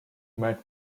met